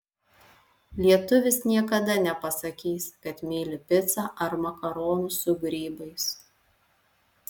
lietuvis niekada nepasakys kad myli picą ar makaronus su grybais